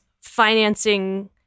financing